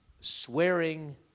swearing